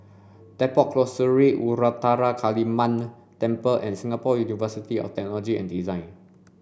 Depot Close Sri Ruthra Kaliamman Temple and Singapore University of Technology and Design